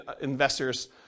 investors